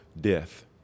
death